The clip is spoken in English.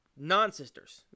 non-sisters